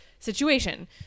situation